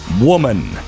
woman